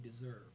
deserve